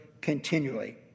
continually